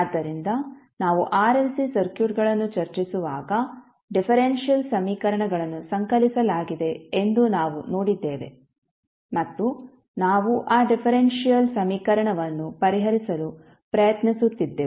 ಆದ್ದರಿಂದ ನಾವು ಆರ್ಎಲ್ಸಿ ಸರ್ಕ್ಯೂಟ್ಗಳನ್ನು ಚರ್ಚಿಸುವಾಗ ಡಿಫರೆಂಶಿಯಲ್ ಸಮೀಕರಣಗಳನ್ನು ಸಂಕಲಿಸಲಾಗಿದೆ ಎಂದು ನಾವು ನೋಡಿದ್ದೇವೆ ಮತ್ತು ನಾವು ಆ ಡಿಫರೆಂಶಿಯಲ್ ಸಮೀಕರಣವನ್ನು ಪರಿಹರಿಸಲು ಪ್ರಯತ್ನಿಸುತ್ತಿದ್ದೆವು